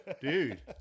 dude